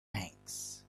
banks